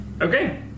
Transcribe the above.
Okay